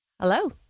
hello